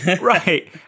Right